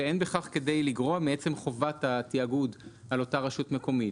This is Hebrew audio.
שאין בכך כדי לגרוע מעצם חובת התיאגוד על אותה רשות מקומית.